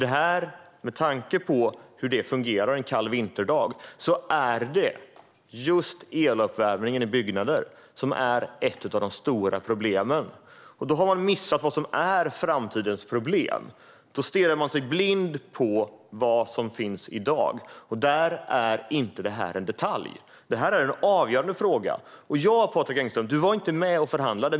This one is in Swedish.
Med tanke på hur det fungerar en kall vinterdag är det just eluppvärmningen av byggnader som är ett av de stora problemen. Men man har missat vad som är framtidens problem och stirrar sig blind på vad som finns i dag, och där är inte detta en detalj. Det är en avgörande fråga. Nej, Patrik Engström, du var inte med och förhandlade.